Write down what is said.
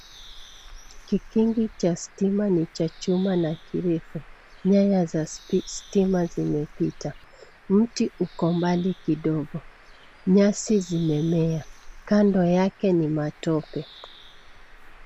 Kikingi cha stima ni cha chuma na kirefu. Nyaya za stima zimepita. Mti uko mbali kidogo. Nyasi zimemea. Kando yake ni matope.